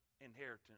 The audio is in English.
inheritance